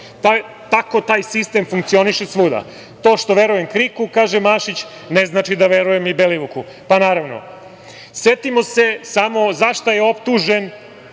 Tako taj sistem funkcioniše svuda. To što verujem KRIK-u, kaže Mašić, ne znači da verujem i Belivuku. Pa, naravno. Setimo se, samo za šta je optužen